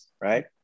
right